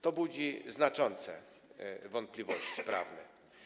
To budzi znaczące wątpliwości prawne.